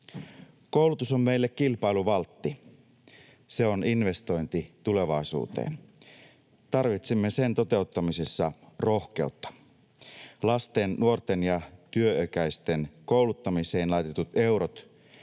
Koulutus on meille kilpailuvaltti. Se on investointi tulevaisuuteen. Tarvitsemme sen toteuttamisessa rohkeutta. Lasten, nuorten ja työikäisten kouluttamiseen laitetut eurot